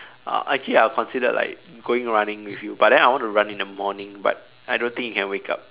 uh actually I considered like going running with you but then I want to run in the morning but I don't think you can wake up